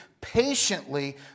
patiently